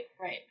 right